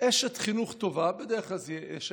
אשת חינוך טובה, בדרך כלל זה יהיה אשת,